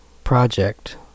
project